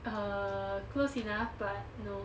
err close enough but no